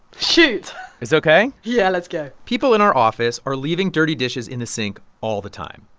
shoot it's ok? yeah, let's go people in our office are leaving dirty dishes in the sink all the time.